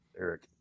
Eric